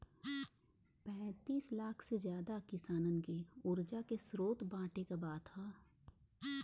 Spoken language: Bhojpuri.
पैंतीस लाख से जादा किसानन के उर्जा के स्रोत बाँटे क बात ह